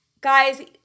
guys